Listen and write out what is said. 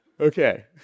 okay